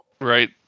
Right